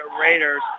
Raiders